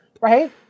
right